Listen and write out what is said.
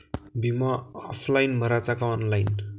बिमा ऑफलाईन भराचा का ऑनलाईन?